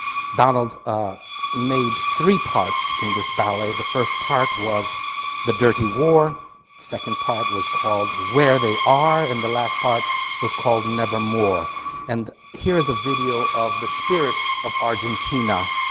donald made three parts in this ballet the first part was the dirty war second part was called where they are and the last part was called nevermore and here's a video of the spirit of argentina.